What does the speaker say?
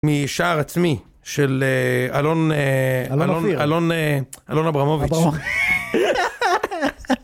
משער עצמי של אלון... - אלון אופיר - אלון אברמוביץ'.